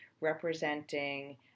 representing